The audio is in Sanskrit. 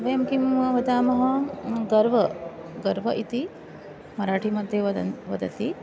वयं किं वदामः गर्वं गर्वं इति मराठिमध्ये वदन् वदति